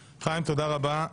חיים, תודה רבה.